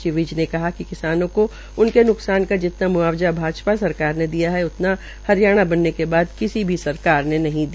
श्री विज ने कहा कि किसानों को उनके न्कसान का जितना म्आवजा भाजपा सरकार ने दिया है उतना हरियाणा बनने के बाद किसी सरकार ने नहीं दिया